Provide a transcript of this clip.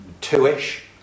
two-ish